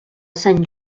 sant